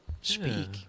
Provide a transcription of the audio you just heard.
speak